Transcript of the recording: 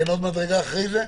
אין עוד מדרגה אחרי זה?